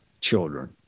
children